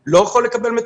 לא מדובר על קישוריות,